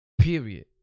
Period